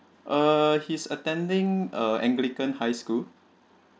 uh he's attending uh anglican high school